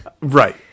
Right